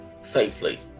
safely